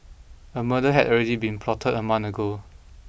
a murder had already been plotted a month ago